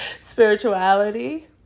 Spirituality